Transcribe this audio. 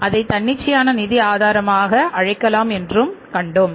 அதை தன்னிச்சையான நிதி ஆதாரமாக அழைக்கலாம் என்று கண்டோம்